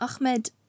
Ahmed